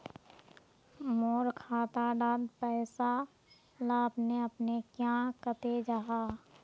मोर खाता डार पैसा ला अपने अपने क्याँ कते जहा?